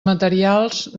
materials